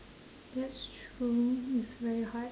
that's true it's very hard